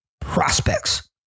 prospects